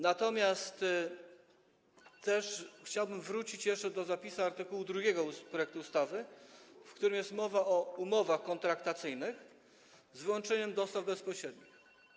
Natomiast chciałbym wrócić jeszcze do zapisu art. 2 projektu ustawy, w którym jest mowa o umowach kontraktacyjnych z wyłączeniem dostaw bezpośrednich.